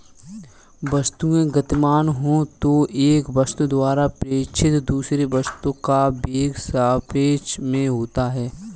वस्तुएं गतिमान हो तो एक वस्तु द्वारा प्रेक्षित दूसरे वस्तु का वेग सापेक्ष में होता है